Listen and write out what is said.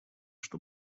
что